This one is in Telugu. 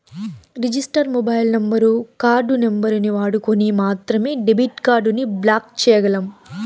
రిజిస్టర్ మొబైల్ నంబరు, కార్డు నంబరుని వాడుకొని మాత్రమే డెబిట్ కార్డుని బ్లాక్ చేయ్యగలం